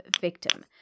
victim